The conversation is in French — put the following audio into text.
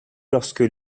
lorsque